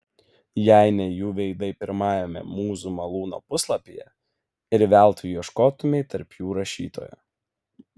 jei ne jų veidai pirmajame mūzų malūno puslapyje ir veltui ieškotumei tarp jų rašytojo